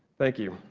thank you.